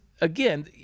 again